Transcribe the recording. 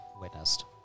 witnessed